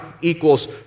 equals